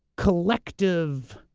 collective,